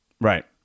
Right